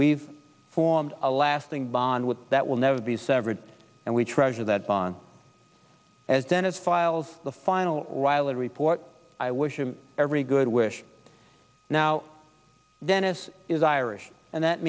we've formed a lasting bond with that will never be severed and we treasure that bond as then as files the final rylan report i wish you every good wish now dennis is irish and that